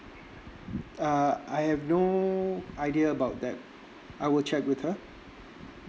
uh I have no idea about that I will check with her